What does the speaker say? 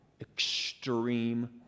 extreme